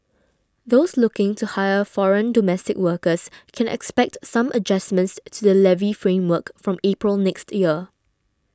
those looking to hire foreign domestic workers can expect some adjustments to the levy framework from April next year